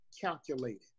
calculated